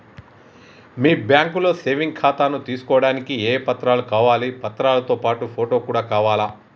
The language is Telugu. మీ బ్యాంకులో సేవింగ్ ఖాతాను తీసుకోవడానికి ఏ ఏ పత్రాలు కావాలి పత్రాలతో పాటు ఫోటో కూడా కావాలా?